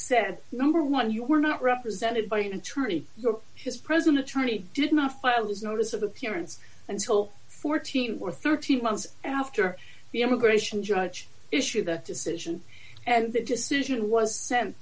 said number one you were not represented by an attorney for his present attorney did not file his notice of appearance until fourteen for thirteen months after the immigration judge issued that decision and the decision was sent